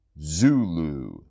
Zulu